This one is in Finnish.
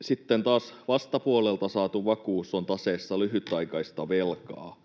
Sitten taas vastapuolelta saatu vakuus on taseessa lyhytaikaista velkaa.